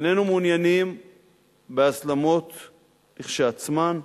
איננו מעוניינים בהסלמות כשלעצמן,